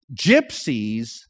gypsies